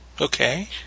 Okay